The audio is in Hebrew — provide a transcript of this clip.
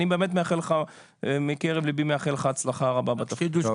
אני באמת מאחל לך מקרב ליבי הצלחה רבה בתפקיד.